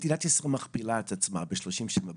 מדינת ישראל מכפילה את עצמה ב-30 השנים הבאות.